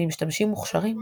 ממשתמשים מוכשרים,